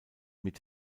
mit